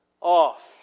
off